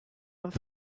gonna